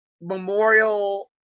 memorial